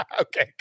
Okay